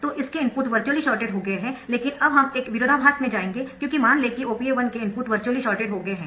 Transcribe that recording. तो इसके input virtually shorted हो गए है लेकिन अब हम एक विरोधाभास में जायेंगे क्योंकि मान लें कि OPA 1 के इनपुट वर्चुअली शॉर्टेड हो गए है